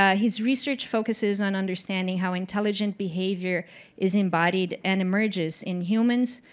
ah his research focuses on understanding how intelligent behavior is embodied and emerges in humans,